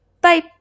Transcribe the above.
Bye